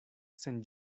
sen